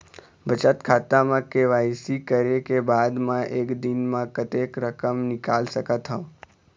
बचत खाता म के.वाई.सी करे के बाद म एक दिन म कतेक रकम निकाल सकत हव?